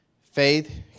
Faith